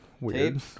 weird